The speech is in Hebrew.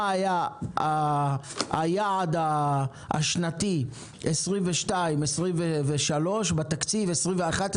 מה היה היעד השנתי ל-2023-2022 בתקציב 2022-2021,